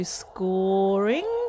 scoring